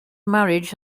marriage